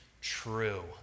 true